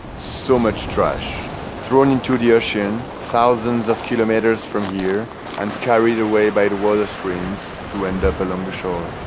so much trash thrown into the ocean thousands of kilometers from here and carried away by the water streams to end up along the shore.